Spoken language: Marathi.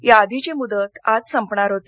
याआधीची मुदत आज संपणार होती